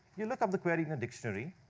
you look up the query in the dictionary,